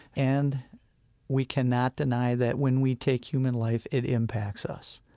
and we cannot deny that when we take human life, it impacts us.